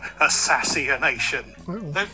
assassination